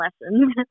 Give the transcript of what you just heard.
lesson